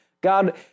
God